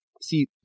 See